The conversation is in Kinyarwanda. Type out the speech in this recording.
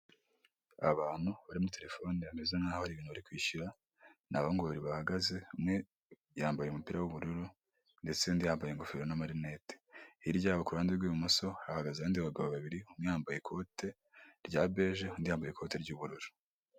Abantu bari muri terefone bameze nk'aho ari ibintu uri kwishyura, ni abahungu babiri bahagaze umwe yambaye umupira w'ubururu ndetse undi yambaye ingofero n'amarinete hirya ku ruhande rw'ibumoso hahagaze abandi bagabo babiri umwe yambaye ikote rya beje, undi yambaye ikoti ry'ubururu.